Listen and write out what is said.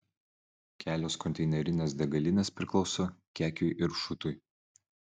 kelios konteinerinės degalinės priklauso kekiui ir šutui